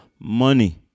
Money